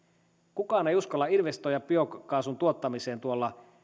kukaan ei uskalla investoida biokaasun tuottamiseen tuolla